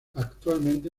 actualmente